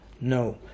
No